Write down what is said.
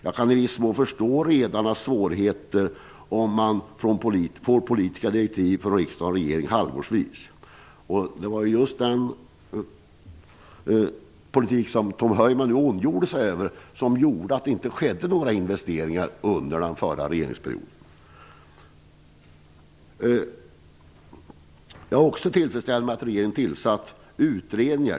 Jag kan i viss mån förstå redarnas svårigheter, om de får politiska direktiv från riksdag och regering halvårsvis. Det var just den politiken som Tom Heyman tog upp, som gjorde att det inte skedde några investeringar under den förra regeringsperioden. Jag är också tillfredsställd med att regeringen har tillsatt två utredningar.